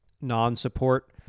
non-support